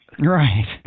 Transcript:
Right